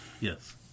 Yes